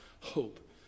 hope